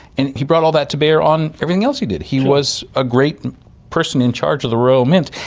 and he brought all that to bear on everything else he did. he was a great person in charge of the royal mint,